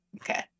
Okay